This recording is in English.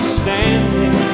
standing